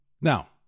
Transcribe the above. Now